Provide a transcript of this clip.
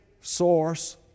source